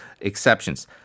exceptions